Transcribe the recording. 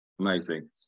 amazing